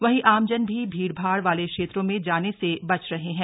वहीं आमजन भी भीड़भाड़ वाले क्षेत्रों में जाने से बच रही हैं